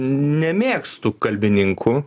nemėgstu kalbininkų